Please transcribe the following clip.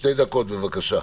שתי דקות, בבקשה.